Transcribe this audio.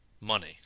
money